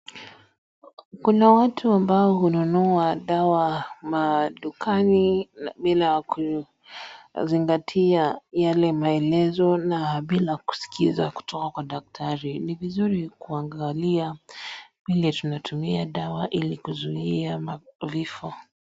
Kuna watu ambao hununua dawa madukani bila kuzingatia yale maelezo na bila kusikiza kutoka kwa daktari. Ni vizuri kuangalia vile tunatumia dawa ili kuzuia vifo.